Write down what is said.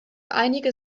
einige